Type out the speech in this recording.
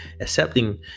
Accepting